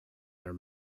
their